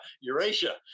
Eurasia